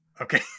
Okay